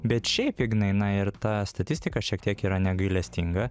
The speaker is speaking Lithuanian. bet šiaip ignai na ir ta statistika šiek tiek yra negailestinga